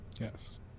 Yes